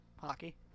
Hockey